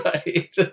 Right